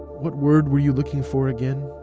what word were you looking for again?